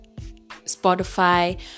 Spotify